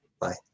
Bye